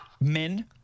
men